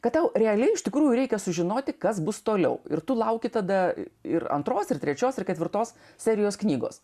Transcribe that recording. kad tau realiai iš tikrųjų reikia sužinoti kas bus toliau ir tu lauki tada ir antros ir trečios ir ketvirtos serijos knygos